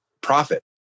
profit